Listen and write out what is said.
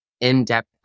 in-depth